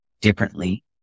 differently